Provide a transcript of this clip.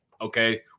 okay